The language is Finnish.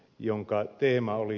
sen teema oli